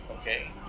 Okay